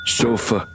sofa